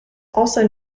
also